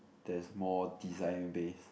there is more design based